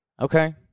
Okay